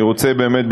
אני רוצה באמת,